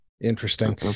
interesting